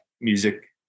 music